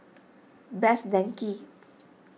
Best Denki